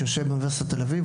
שיושב באוניברסיטת תל אביב,